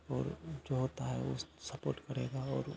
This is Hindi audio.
और जो होता है वो सपोर्ट करेगा और